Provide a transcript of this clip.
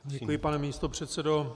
Děkuji, pane místopředsedo.